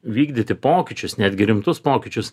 vykdyti pokyčius netgi rimtus pokyčius